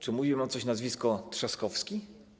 Czy mówi wam coś nazwisko Trzaskowski?